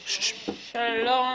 שלום.